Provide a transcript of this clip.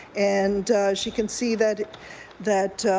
and she can see that that